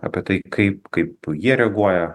apie tai kaip kaip jie reaguoja